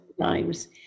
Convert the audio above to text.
times